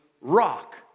rock